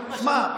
שמע,